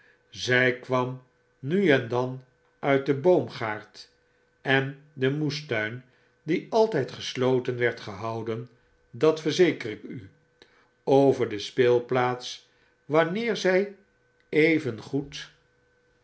zy kwam nu en dan uit den boomgaard en den moestuin die altyd gesloten werd gehouden dat verzeker ik u over de speelplaats wanneer zy